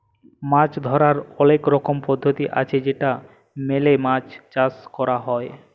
মাছ ধরার অলেক রকমের পদ্ধতি আছে যেটা মেলে মাছ চাষ ক্যর হ্যয়